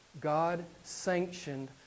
God-sanctioned